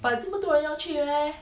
but 这么多人要去 meh